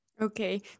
Okay